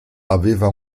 aveva